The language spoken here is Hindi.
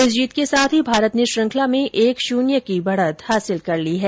इस जीत के साथ ही भारत ने श्रखंला में एक शून्य की बढत हासिल कर ली है